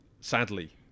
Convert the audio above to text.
sadly